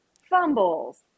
fumbles